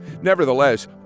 Nevertheless